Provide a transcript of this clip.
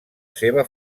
seva